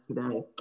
today